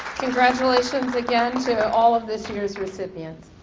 congratulations again to all of this year's recipients.